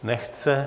Nechce.